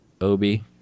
obi